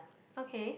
okay